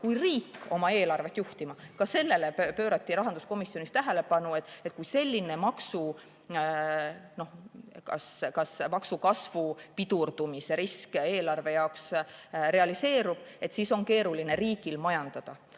kui riik oma eelarvet juhtima. Ka sellele pöörati rahanduskomisjonis tähelepanu, et kui selline maksukasvu pidurdumise risk eelarve jaoks realiseerub, siis on riigil keeruline majandada.